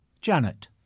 Janet